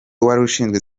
washinzwe